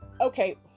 Okay